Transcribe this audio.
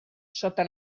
sota